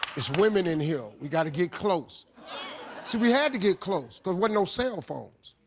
it's women in here, we gotta get close. see we had to get close cause wasn't no cell phones.